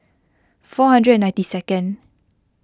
four hundred and ninety second